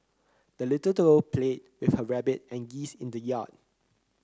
the little doll played with her rabbit and geese in the yard